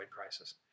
crisis